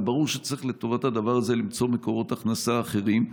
וברור שצריך לטובת הדבר הזה למצוא מקורות הכנסה אחרים.